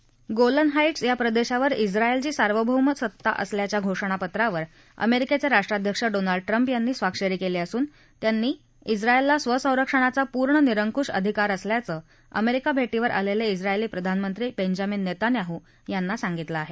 गोलन हा ड्स या प्रदेशावर झाएलची सार्वभौम सत्ता असल्याच्या घोषणापत्रावर अमेरिकेचे राष्ट्राध्यक्ष ड्रोनाल्ड ट्रम्प यांनी स्वाक्षरी केली असून त्यांनी झाएलला स्वसंरक्षणाचा पूर्ण निरंकुश अधिकार असल्याचं अमेरिका भेटीवर आलेले झाएली प्रधानमंत्री बेंजामिन नेतान्याहू यांनी सांगितलं आहे